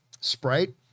Sprite